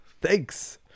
Thanks